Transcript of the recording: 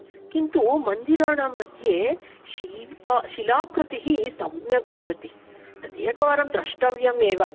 किन्तु मन्दिराणां मध्ये शिल्प शिलाकृतिः सम्यक् भवति तदेकवारं द्रष्टव्यमेव